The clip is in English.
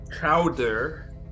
Chowder